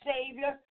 Savior